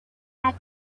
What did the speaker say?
had